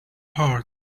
heart